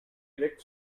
erect